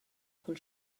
cul